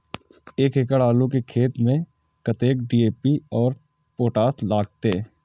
एक एकड़ आलू के खेत में कतेक डी.ए.पी और पोटाश लागते?